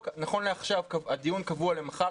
נכון לעכשיו הדיון קבוע למחר,